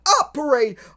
operate